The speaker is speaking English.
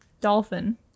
Dolphin